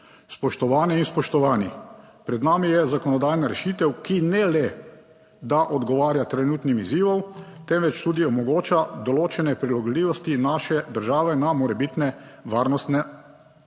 Spoštovane in spoštovani. Pred nami je zakonodajna rešitev, ki ne le da odgovarja trenutnim izzivom, temveč tudi omogoča določene prilagodljivosti naše države na morebitne varnostne spremembe